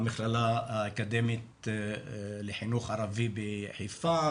המכללה האקדמית לחינוך ערבי בחיפה,